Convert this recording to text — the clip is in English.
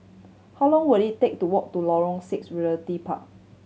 how long will it take to walk to Lorong Six Realty Park